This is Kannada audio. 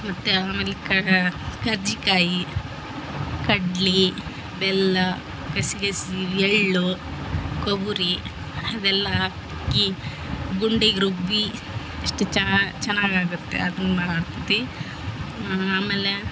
ಮತ್ತು ಅಮೇಲೆ ಕಾ ಕರ್ಜಿಕಾಯಿ ಕಡ್ಲಿ ಬೆಲ್ಲ ಗಸೆಗಸೆ ಎಳ್ಳು ಕೊಬ್ಬರಿ ಅವೆಲ್ಲ ಆಕಿ ಗುಂಡಿಂಗೆ ರುಬ್ಬಿ ಇಷ್ಟು ಚೆನ್ನಾಗಿ ಆಗತ್ತೆ ಅದನ್ನ ಅತ್ತಿ ಆಮೇಲೆ